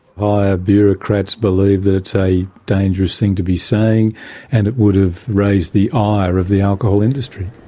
higher bureaucrats believe that it's a dangerous thing to be saying and it would have raised the ire of the alcohol industry.